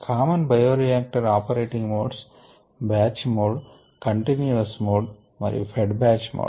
common bioreactor operating modes batch mode continuous mode మరియు fed batch mode